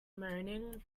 moaning